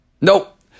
nope